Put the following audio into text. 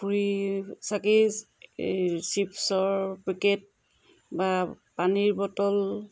ফুৰি চাকি এই চিপছৰ পেকেট বা পানীৰ বটল